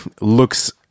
looks-